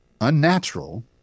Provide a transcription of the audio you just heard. unnatural